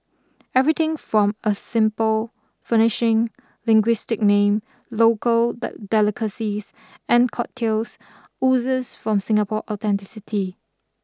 everything from a simple furnishing linguistic name local delicacies and cocktails oozes from Singapore authenticity